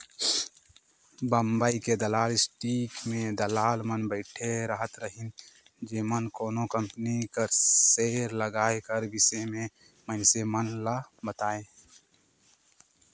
बंबई के दलाल स्टीक में दलाल मन बइठे रहत रहिन जेमन कोनो कंपनी कर सेयर लगाए कर बिसे में मइनसे मन ल बतांए